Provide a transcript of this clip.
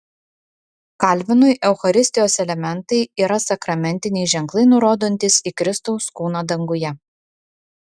kalvinui eucharistijos elementai yra sakramentiniai ženklai nurodantys į kristaus kūną danguje